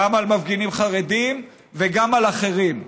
גם על מפגינים חרדים וגם על אחרים.